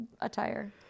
attire